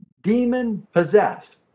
demon-possessed